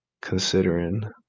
considering